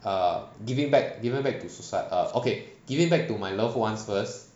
uh giving back giving back to socie~ err okay giving back to my loved ones first